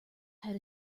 had